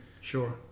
Sure